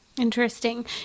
Interesting